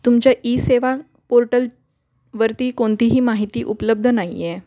तुमच्या ई सेवा पोर्टलवरती कोणतीही माहिती उपलब्ध नाही आहे